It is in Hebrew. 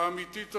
האמיתית הזאת,